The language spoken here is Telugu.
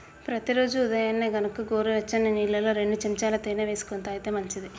ప్రతి రోజూ ఉదయాన్నే గనక గోరువెచ్చని నీళ్ళల్లో రెండు చెంచాల తేనె వేసుకొని తాగితే మంచిది